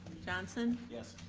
johnson? yes.